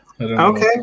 Okay